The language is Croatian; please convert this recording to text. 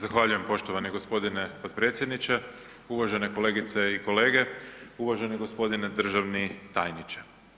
Zahvaljujem poštovani g. potpredsjedniče, uvažene kolegice i kolege, uvaženi g. državni tajniče.